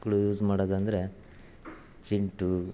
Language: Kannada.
ಮಕ್ಕಳು ಯೂಸ್ ಮಾಡೋದೆಂದ್ರೆ ಚಿಂಟು